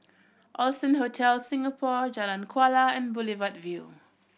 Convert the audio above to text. Allson Hotel Singapore Jalan Kuala and Boulevard Vue